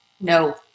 No